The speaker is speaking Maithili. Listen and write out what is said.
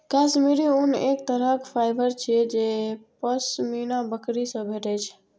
काश्मीरी ऊन एक तरहक फाइबर छियै जे पश्मीना बकरी सं भेटै छै